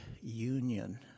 union